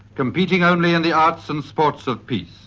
competing only in the arts and sports of peace.